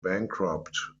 bankrupt